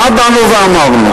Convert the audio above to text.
מה באנו ואמרנו?